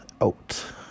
out